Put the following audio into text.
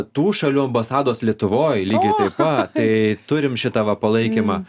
tų šalių ambasados lietuvoj lygiai taip pat tai turim šitą palaikymą